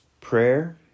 prayer